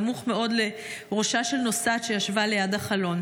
סמוך מאוד לראשה של נוסעת שישבה ליד החלון.